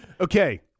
Okay